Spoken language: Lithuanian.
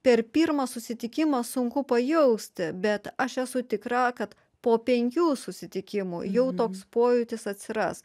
per pirmą susitikimą sunku pajausti bet aš esu tikra kad po penkių susitikimų jau toks pojūtis atsiras